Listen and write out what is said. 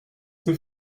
sait